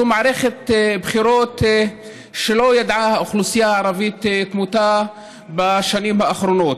זו מערכת בחירות שהאוכלוסייה הערבית לא ידעה כמותה בשנים האחרונות,